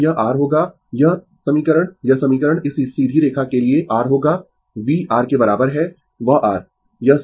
तो यह r होगा यह समीकरण यह समीकरण इस सीधी रेखा के लिए r होगा V r के बराबर है वह r